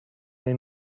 این